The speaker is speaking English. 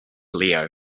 leo